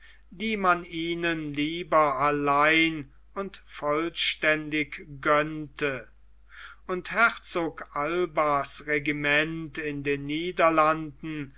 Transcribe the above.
die man ihnen lieber allein und vollständig gönnte und herzog albas regiment in den niederlanden